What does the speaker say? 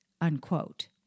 unquote